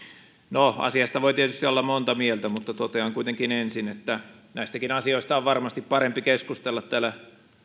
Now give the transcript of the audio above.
no asiasta voi tietysti olla monta mieltä mutta totean kuitenkin ensin että näistäkin asioista on varmasti parempi keskustella täällä